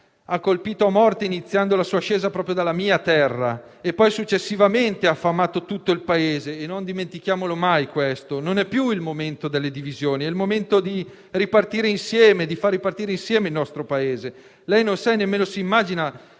ha colpito a morte iniziando la sua discesa proprio dalla mia terra e poi successivamente ha affamato tutto il Paese. Non dimentichiamolo mai questo. Non è più il momento delle divisioni: è il momento di far ripartire insieme il nostro Paese. Lei non sa e nemmeno immagina